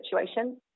situations